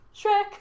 Shrek